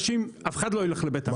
אף אחד לא ילך לבית משפט.